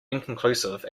inconclusive